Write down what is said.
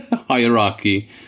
hierarchy